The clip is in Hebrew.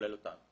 כולל אותנו.